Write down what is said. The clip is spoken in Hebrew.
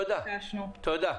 תודה.